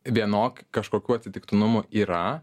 vienokių kažkokių atsitiktinumų yra